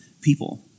people